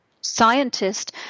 scientist